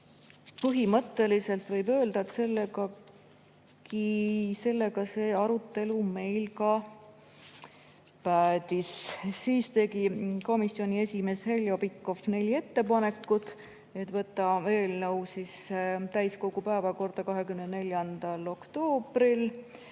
Põhimõtteliselt võib öelda, et sellega arutelu meil päädiski. Seejärel tegi komisjoni esimees Heljo Pikhof neli ettepanekut: võtta eelnõu täiskogu päevakorda 24. oktoobril,